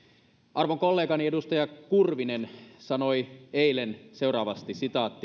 arvon kollegani edustaja kurvinen sanoi eilen seuraavasti